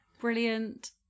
brilliant